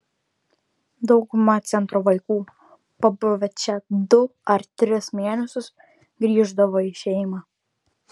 dauguma centro vaikų pabuvę čia du ar tris mėnesius grįždavo į šeimą